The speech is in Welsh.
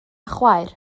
chwaer